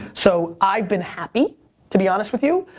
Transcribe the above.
so i've been happy to be honest with you,